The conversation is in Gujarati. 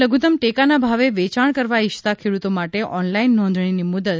લધુત્તમ ટેકાના ભાવે વેચાણ કરવા ઇચ્છતા ખેડૂતો માટે ઓનલાઇન નોંધણીની મુદત